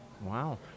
Wow